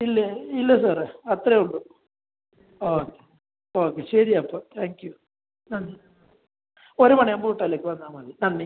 ഇല്ലേ ഇല്ല സാറേ അത്രയേ ഉള്ളൂ ആ ഓക്കെ ശരി അപ്പോൾ താങ്ക് യു ആ ഒരു മണി ആവുമ്പോൾ ഹോട്ടലിലേക്ക് വന്നാൽ മതി നന്ദി